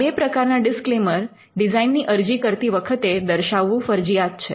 આ બે પ્રકારના ડીસ્ક્લેમર ડિઝાઇન ની અરજી કરતી વખતે દર્શાવવું ફરજીયાત છે